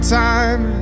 time